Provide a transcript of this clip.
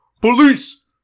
Police